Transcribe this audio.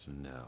no